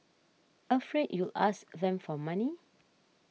afraid you'll ask them for money